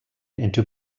into